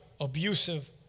abusive